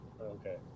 okay